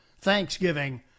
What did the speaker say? Thanksgiving